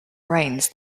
brains